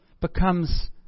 becomes